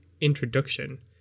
introduction